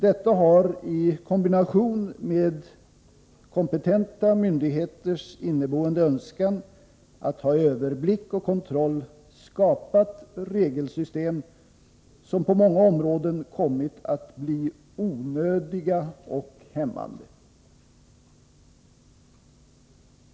Detta har i kombination med kompetenta myndigheters inneboende önskan att ha överblick och kontroll skapat regelsystem som på många områden kommit att bli onödiga och hämmande.